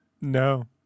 No